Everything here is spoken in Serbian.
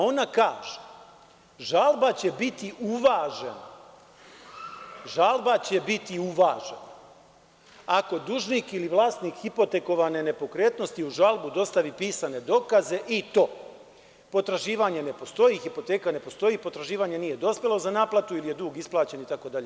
Ona kaže – žalba će biti uvažena ako dužnik ili vlasnik hipotekovane nepokretnosti uz žalbu dostavi i pisane dokaze, i to: potraživanje ne postoji, hipoteka ne postoji, potraživanje nije dospelo za naplatu ili je dug isplaćen itd.